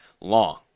long